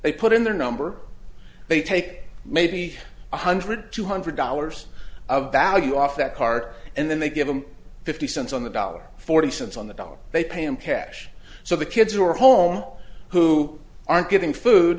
they put in their number they take maybe one hundred two hundred dollars of value off that cart and then they give them fifty cents on the dollar forty cents on the dollar they pay in cash so the kids were home who aren't getting food